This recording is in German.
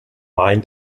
main